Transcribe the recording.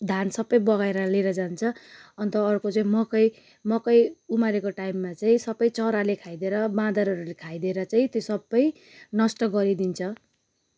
धान सबै बगाएर लिएर जान्छ अन्त अर्को चाहिँ मकै मकै उमारेको टाइममा चाहिँ सबै चराहरूले खाइदिएर बाँदरहरूले खाइदिएर चाहिँ त्यो सबै नष्ट गरिदिन्छ